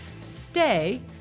stay